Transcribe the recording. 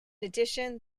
addition